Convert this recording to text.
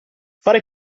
fare